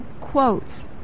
quotes